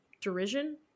derision